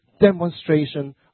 demonstration